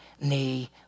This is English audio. knee